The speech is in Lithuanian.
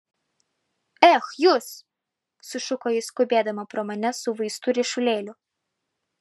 ech jūs sušuko ji skubėdama pro mane su vaistų ryšulėliu